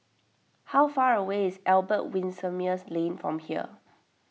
how far away is Albert Winsemius Lane from here